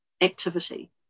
activity